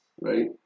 right